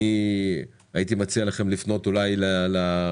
אני הייתי מציע לכם לפנות אולי לאוניברסיטאות